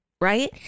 right